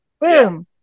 Boom